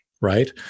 right